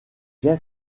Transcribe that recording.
bien